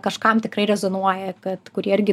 kažkam tikrai rezonuoja kad kurie irgi